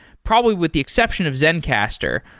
probably with the exception of zencastr.